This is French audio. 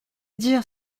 dire